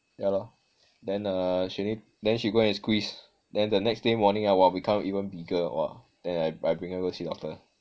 yah lor then uh she ne~ then she go and squeeze then the next day morning ah !wah! become even bigger !wah! then I bring her go see doctor